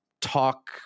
talk